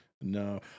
No